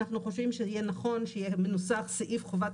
אנחנו חושבים שיהיה נכון שיהיה מנוסח סעיף חובת